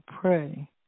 pray